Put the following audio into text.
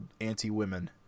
anti-women